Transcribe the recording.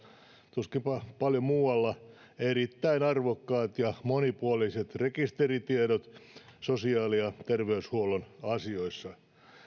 tuskinpa paljon muualla erittäin arvokkaat ja monipuoliset rekisteritiedot sosiaali ja terveyshuollon asioissa